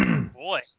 Boy